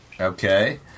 Okay